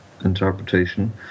interpretation